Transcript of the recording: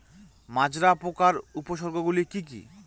মাজরা পোকার উপসর্গগুলি কি কি?